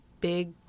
big